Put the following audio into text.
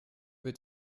wir